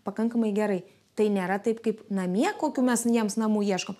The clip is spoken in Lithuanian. pakankamai gerai tai nėra taip kaip namie kokių mes jiems namų ieškom